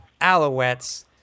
Alouettes